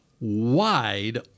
wide